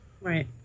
Right